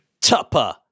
Tupper